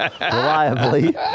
Reliably